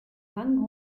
fang